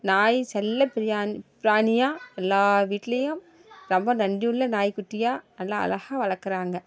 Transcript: நாய் செல்லப்பிரியாண் பிராணியாக எல்லாேர் வீட்லேயும் ரொம்ப நன்றி உள்ள நாய்க்குட்டியா நல்லா அழகாக வளர்க்கறாங்க